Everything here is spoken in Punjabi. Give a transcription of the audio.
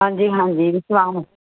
ਹਾਂਜੀ ਹਾਂਜੀ ਜੇ ਚੁਆਵਾਂ